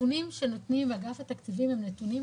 הנתונים שנותנים באגף התקציבים הם נתונים,